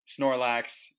snorlax